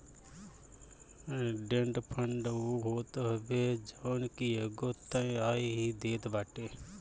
debt fund उ होत हवे जवन की एगो तय आय ही देत बाटे